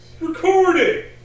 Recording